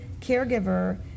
caregiver